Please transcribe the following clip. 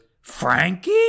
Frankie